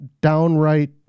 downright